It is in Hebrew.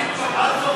12